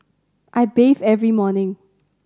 I bathe every morning